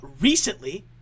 recently